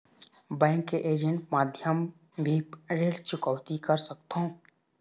Bank के agent माध्यम भी ऋण चुकौती कर सकथों?